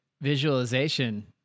visualization